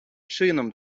чином